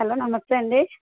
hello నమస్తే అండి